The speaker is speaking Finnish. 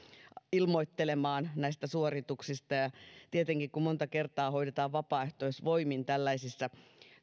ilmoittelemaan näistä suorituksista ja tietenkin kun monta kertaa näitä hoidetaan vapaaehtoisvoimin tällaisissa